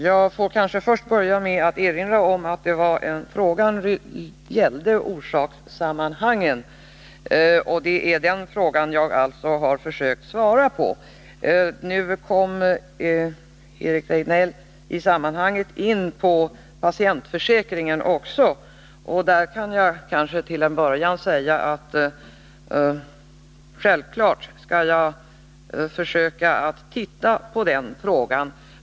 Jag får kanske börja med att erinra om att frågan gällde orsakssammanhangen, och det är alltså den frågan jag har försökt svara Nu kom Eric Rejdnell även in på patientförsäkringen, och där kan jag till en början säga att självfallet skall jag se på den frågan.